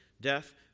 death